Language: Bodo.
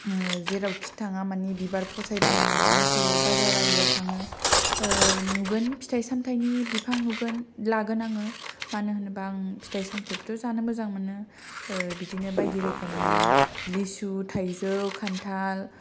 जेरावखि थाङा मानि बिबार फसायबानो लानानै फैयो बाजार आरियाव थाङो नुगोन फिथाइ सामथाइनि बिफां नुगोन लागोन आङो मानो होनोबा आं फिथाइ सामथाइ खौथ' जानो मोजां मोनो बिदिनो बायदि रोखोमनि लिसु थाइजौ खान्थाल